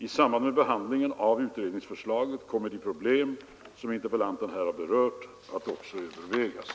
I samband med behandlingen av utredningsförslaget kommer de problem som interpellanten berört att övervägas.